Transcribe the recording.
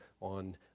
on